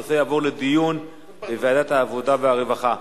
הנושא יעבור לדיון בוועדת העבודה והרווחה.